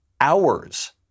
hours